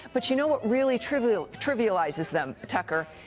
but you know what really trivializes trivializes them, tucker,